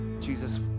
Jesus